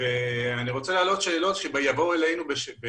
ואני רוצה להעלות שאלות כדי שנדע אנחנו,